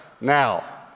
Now